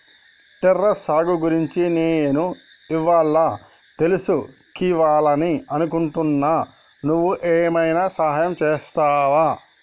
terrace సాగు గురించి నేను ఇవ్వాళా తెలుసుకివాలని అనుకుంటున్నా నువ్వు ఏమైనా సహాయం చేస్తావా